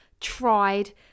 tried